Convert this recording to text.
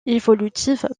évolutive